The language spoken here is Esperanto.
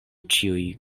ĉiuj